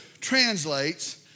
translates